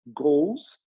goals